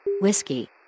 Whiskey